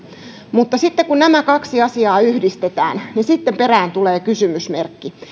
mutta sitten kun nämä kaksi asiaa yhdistetään perään tulee kysymysmerkki